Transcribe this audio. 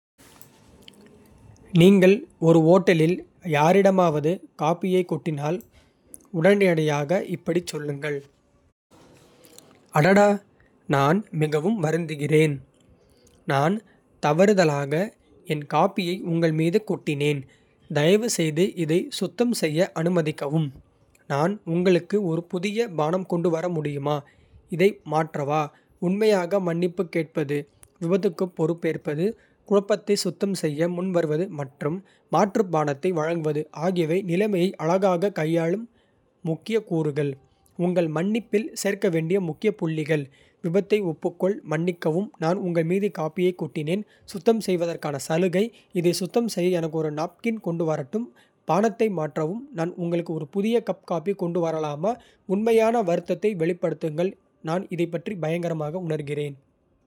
நீங்கள் ஒரு ஓட்டலில் யாரிடமாவது காபியைக் கொட்டினால், உடனடியாக இப்படிச் சொல்லுங்கள், அடடா, நான் மிகவும் வருந்துகிறேன். நான் தவறுதலாக என் காபியை உங்கள் மீது கொட்டினேன். தயவு செய்து இதை சுத்தம் செய்ய அனுமதிக்கவும், நான் உங்களுக்கு ஒரு புதிய பானம் கொண்டு வர முடியும. இதை மாற்றவா, உண்மையாக மன்னிப்புக் கேட்பது, விபத்துக்குப் பொறுப்பேற்பது, குழப்பத்தை சுத்தம் செய்ய முன்வருவது மற்றும் மாற்று பானத்தை வழங்குவது ஆகியவை நிலைமையை அழகாகக் கையாள முக்கிய கூறுகள். உங்கள் மன்னிப்பில் சேர்க்க வேண்டிய முக்கிய புள்ளிகள். விபத்தை ஒப்புக்கொள், மன்னிக்கவும், நான் உங்கள் மீது காபியைக் கொட்டினேன். சுத்தம் செய்வதற்கான சலுகை இதை சுத்தம் செய்ய எனக்கு ஒரு நாப்கின் கொண்டு வரட்டும். பானத்தை மாற்றவும் நான் உங்களுக்கு ஒரு புதிய கப் காபி கொண்டு வரலாமா. உண்மையான வருத்தத்தை வெளிப்படுத்துங்கள் நான் இதைப் பற்றி பயங்கரமாக உணர்கிறேன்.